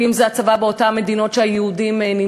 אם זה צבא הצאר ואם זה הצבא באותן מדינות שהיהודים נמצאים.